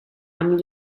amb